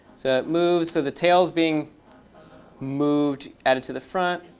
so it moves. so the tail's being moved, added to the front.